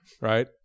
right